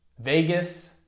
Vegas